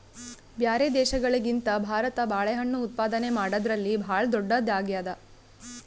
ಬ್ಯಾರೆ ದೇಶಗಳಿಗಿಂತ ಭಾರತ ಬಾಳೆಹಣ್ಣು ಉತ್ಪಾದನೆ ಮಾಡದ್ರಲ್ಲಿ ಭಾಳ್ ಧೊಡ್ಡದಾಗ್ಯಾದ